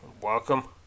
Welcome